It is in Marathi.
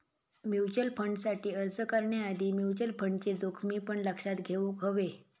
म्युचल फंडसाठी अर्ज करण्याआधी म्युचल फंडचे जोखमी पण लक्षात घेउक हवे